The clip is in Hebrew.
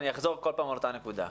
ואני אחזור בכל פעם על אותה נקודה.